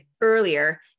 earlier